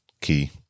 key